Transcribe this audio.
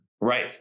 Right